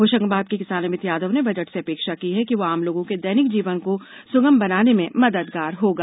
होशंगाबाद के किसान अमित यादव ने बजट से अपेक्षा की है कि वो आम लोगों के दैनिक जीवन को सुगम बनाने में मददगार होगा